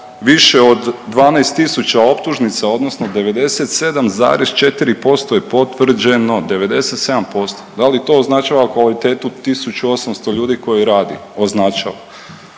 više od 12.000 optužnica odnosno 97,4% je potvrđeno 97%, da li to označava kvalitetu 1.800 ljudi koji radi? Označava.